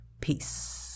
Peace